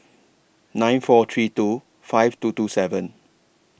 nine four three two five two two seven